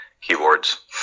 keyboards